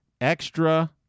Extra